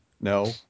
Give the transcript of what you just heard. No